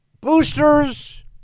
boosters